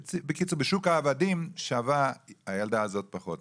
בקיצור, בשוק העבדים הילדה הזו שווה פחות.